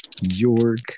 York